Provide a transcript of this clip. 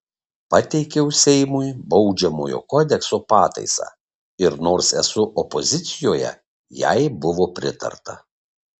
pateikiau seimui baudžiamojo kodekso pataisą ir nors esu opozicijoje jai buvo pritarta